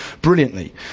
brilliantly